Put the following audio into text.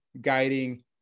guiding